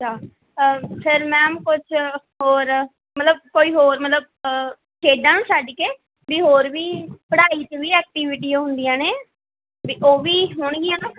ਅੱਛਾ ਫਿਰ ਮੈਮ ਕੁਛ ਹੋਰ ਮਤਲਬ ਕੋਈ ਹੋਰ ਮਤਲਬ ਖੇਡਾਂ ਨੂੰ ਛੱਡ ਕੇ ਵੀ ਹੋਰ ਵੀ ਪੜ੍ਹਾਈ 'ਚ ਵੀ ਐਕਟੀਵਿਟੀ ਹੁੰਦੀਆਂ ਨੇ ਅਤੇ ਉਹ ਵੀ ਹੋਣਗੀਆਂ ਨਾ